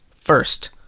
first